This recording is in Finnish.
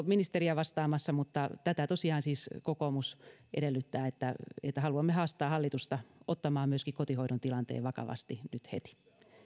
ministeriä vastaamassa mutta tätä tosiaan siis kokoomus edellyttää ja haluamme haastaa hallitusta ottamaan myöskin kotihoidon tilanteen vakavasti nyt heti